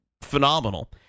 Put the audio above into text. phenomenal